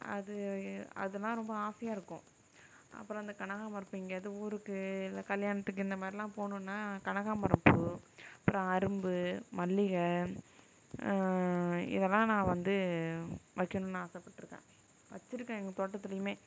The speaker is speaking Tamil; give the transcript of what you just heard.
அது அதெலாம் ரொம்ப ஆசையாக இருக்கும் அப்புறம் அந்த கனகாபரம் பூ எங்கேயாவது ஊருக்கு இல்லை கல்யாணத்துக்கு இந்தமாதிரிலாம் போகணுன்னா கனகாபரம் பூ அப்புறம் அரும்பு மல்லிகை இதெல்லாம் நான் வந்து வைக்கணுன்னு ஆசைப்பட்டுருக்கேன் வைச்சிருக்கேன் எங்கள் தோட்டத்திலையுமே